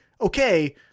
okay